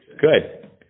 Good